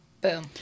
Boom